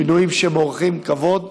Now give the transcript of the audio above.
מינויים שמעוררים כבוד,